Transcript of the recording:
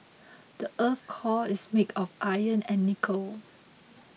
the earth's core is made of iron and nickel